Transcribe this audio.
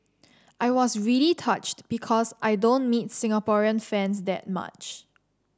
I was really touched because I don't meet Singaporean fans that much